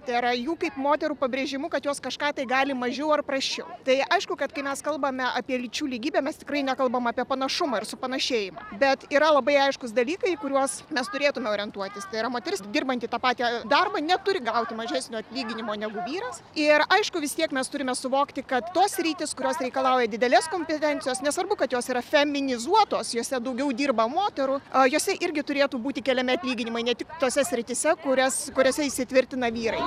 tai yra jų kaip moterų pabrėžimu kad jos kažką tai gali mažiau ar prasčiau tai aišku kad kai mes kalbame apie lyčių lygybę mes tikrai nekalbame apie panašumą ir su panašiai bet yra labai aiškūs dalykai kuriuos mes turėtumėme orientuotis tai yra moteris dirbanti tą patį darbą neturi gauti mažesnio atlyginimo negu vyras ir aišku vis tiek mes turime suvokti kad tos sritys kurios reikalauja didelės kompetencijos nesvarbu kad jos yra feminizuotos jose daugiau dirba moterų o jose irgi turėtų būti keliami atlyginimai ne tik tose srityse kurias kuriose įsitvirtina vyrai